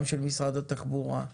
גם של משרד התחבורה,